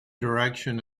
direction